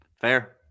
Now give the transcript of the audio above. Fair